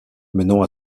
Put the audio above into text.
menant